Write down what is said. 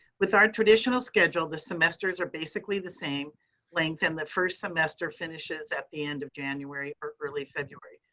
with our traditional schedule, the semesters are basically the same length and the first semester finishes at the end of january or early february.